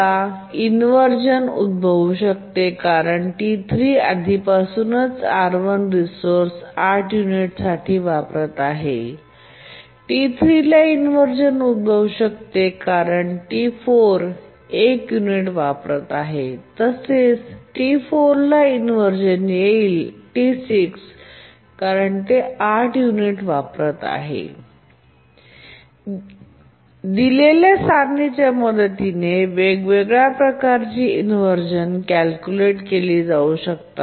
T2 ला inversion उद्भवू शकते कारण T3 आधीपासूनच R1 रिसोर्स ८ युनिट साठी वापरत आहे T3 ला इन्व्हर्झन उद्भवू शकते कारण T4 1 युनिट वापरत आहे तसेच T4 ला इन्व्हर्झन येईल T68 युनिट वापरत आहे दिलेल्या सरणीच्या मदतीने वेगवेगळ्या प्रकारचे इन्व्हर्झन कॅल्कुलेट केली जाऊ शकते